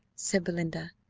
said belinda,